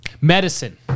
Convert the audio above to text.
medicine